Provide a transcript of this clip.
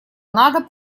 надо